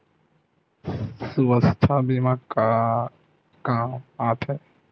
सुवास्थ बीमा का काम आ थे?